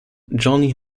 johnny